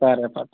సరే పట్టు